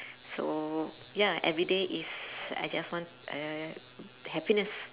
so ya everyday is I just want uh happiness